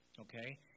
okay